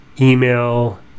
email